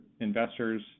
investors